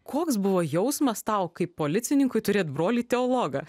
koks buvo jausmas tau kaip policininkui turėt brolį teologą